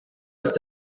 ist